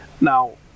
Now